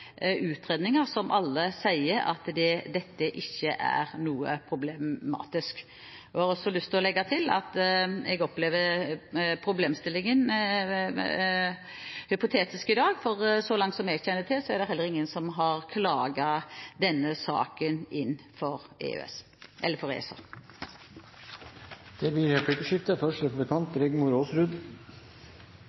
utredninger som alle sier at dette ikke er noe problematisk. Jeg har også lyst til å legge til at jeg opplever problemstillingen som hypotetisk i dag, for så langt som jeg kjenner til, er det heller ingen som har klaget denne saken inn for ESA. Det blir replikkordskifte.